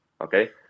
Okay